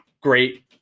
great